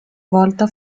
volta